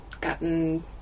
gotten